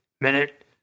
Minute